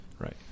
Right